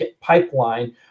pipeline